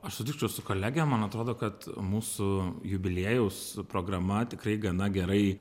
aš sutikčiau su kolege man atrodo kad mūsų jubiliejaus programa tikrai gana gerai